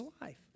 life